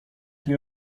nie